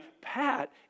Pat